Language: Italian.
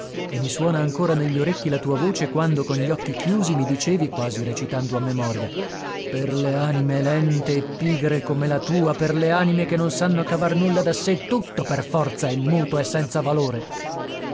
e mi suona ancora negli orecchi la tua voce quando con gli occhi chiusi mi dicevi quasi recitando a memoria per le anime lente e pigre come la tua per le anime che non sanno cavar nulla da sé tutto per forza è muto e senza valore